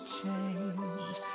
change